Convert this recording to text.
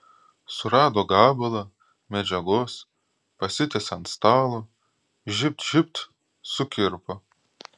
surado gabalą medžiagos pasitiesė ant stalo žybt žybt sukirpo